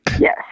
Yes